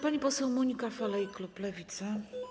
Pani poseł Monika Falej, klub Lewica.